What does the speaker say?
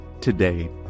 today